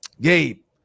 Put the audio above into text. Gabe